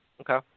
Okay